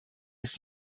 ist